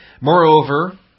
Moreover